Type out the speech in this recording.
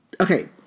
Okay